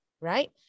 right